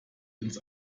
ins